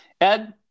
Ed